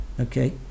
okay